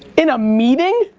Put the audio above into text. in a meeting?